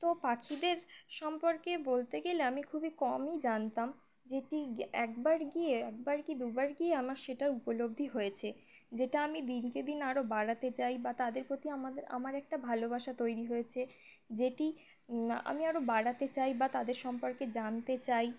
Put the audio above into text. তো পাখিদের সম্পর্কে বলতে গেলে আমি খুবই কমই জানতাম যেটি একবার গিয়ে একবার কী দুবার গিয়ে আমার সেটা উপলব্ধি হয়েছে যেটা আমি দিনকে দিন আরও বাড়াতে চাই বা তাদের প্রতি আমাদের আমার একটা ভালোবাসা তৈরি হয়েছে যেটি আমি আরও বাড়াতে চাই বা তাদের সম্পর্কে জানতে চাই